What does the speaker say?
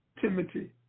Timothy